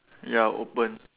ya open